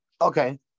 Okay